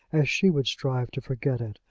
as she would strive to forget it.